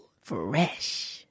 Fresh